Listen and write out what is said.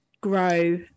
grow